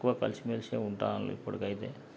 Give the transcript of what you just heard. ఎక్కువ కలిసిమెలిసే ఉంటాన్నారు ఇప్పటికైతే